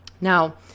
Now